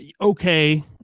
okay